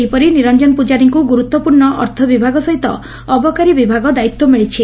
ସେହିପରି ନିରଞ୍ଞନ ପୂଜାରୀଙ୍କୁ ଗୁରୁତ୍ୱପୂର୍ଣ୍ ଅର୍ଥ ବିଭାଗ ସହିତ ଅବକାରୀ ବିଭାଗ ଦାୟିତ୍ୱ ମିଳିଛି